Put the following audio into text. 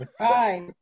Hi